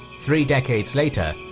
three decades later,